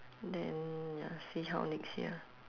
then ya see how next year